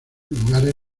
lugares